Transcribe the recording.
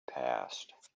passed